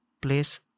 place